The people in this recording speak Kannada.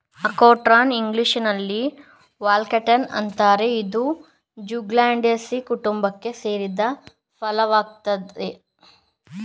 ಅಖ್ರೋಟ್ನ ಇಂಗ್ಲೀಷಿನಲ್ಲಿ ವಾಲ್ನಟ್ ಅಂತಾರೆ ಇದು ಜ್ಯೂಗ್ಲಂಡೇಸೀ ಕುಟುಂಬಕ್ಕೆ ಸೇರಿದ ಫಲವೃಕ್ಷ ವಾಗಯ್ತೆ